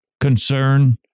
concern